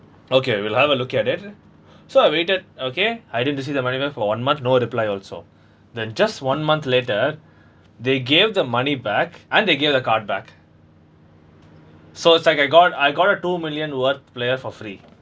okay we'll have a look at it so I waited okay I didn't receive the money back for one month no reply also then just one month later they gave the money back and they give the card back so it's like I got I got a two million what player for free